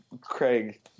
Craig